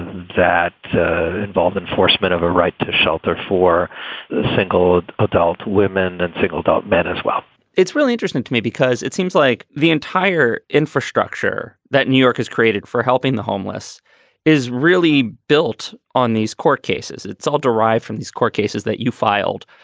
that involve enforcement of a right to shelter for single adult women and single adult men as well it's really interesting to me because it seems like the entire infrastructure that new york has created for helping the homeless is really built on these court cases. it's all derived from these court cases that you filed.